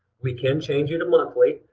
we can change you to monthly,